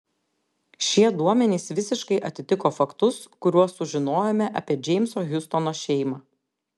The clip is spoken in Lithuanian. šie duomenys visiškai atitiko faktus kuriuos sužinojome apie džeimso hiustono šeimą